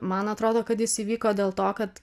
man atrodo kad jis įvyko dėl to kad